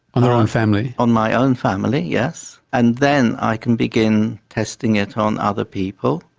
on their own family? on my own family yes, and then i can begin testing it on other people.